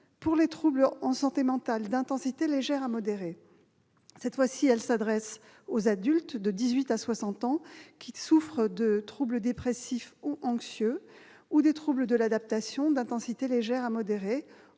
pour les troubles en santé mentale d'intensité légère à modérée. Elle s'adresse aux adultes de 18 à 60 ans souffrant de trouble dépressif ou anxieux, de trouble de l'adaptation, d'intensité légère à modérée,